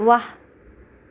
वाह